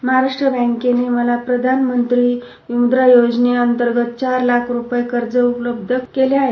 महाराष्ट्र बँकेंन मला प्रधानमंत्री म्द्रा योजने अंतर्गत चार लाख रूपयाचं कर्ज उपलब्ध करून दिलं आहे